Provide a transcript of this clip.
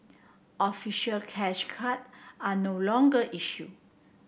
official cash card are no longer issue